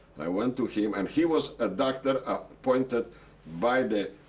i went to him, and he was a doctor appointed by the